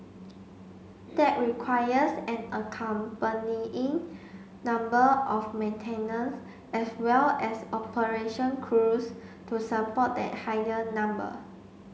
that requires an accompanying number of maintenance as well as operation crews to support that higher number